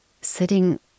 sitting